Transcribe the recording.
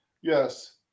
yes